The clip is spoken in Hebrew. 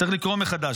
צריך לקרוא מחדש.